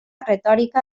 retòrica